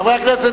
חברי הכנסת,